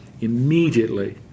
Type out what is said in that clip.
Immediately